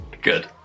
Good